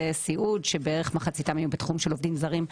סיעוד שבערך מחציתם יהיה בתחום של עובדים זרים.